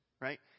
Right